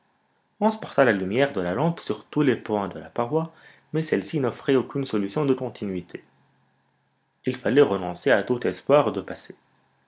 porta la lumière de la lampe sur tous les points de la paroi mais celle-ci n'offrait aucune solution de continuité il fallait renoncer à tout espoir de passer